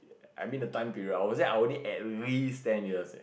I mean the time period I would say I will need at least ten years leh